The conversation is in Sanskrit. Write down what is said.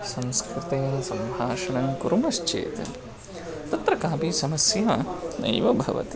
संस्कृते सम्भाषणं कुर्मश्चेत् तत्र कापि समस्या नैव भवति